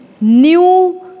new